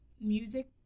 music